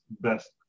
best